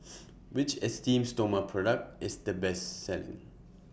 Which Esteem Stoma Product IS The Best Selling